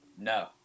No